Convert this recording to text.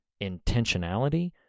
intentionality